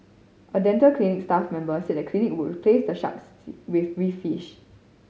a dental clinic staff member said the clinic would replace the sharks with reef fish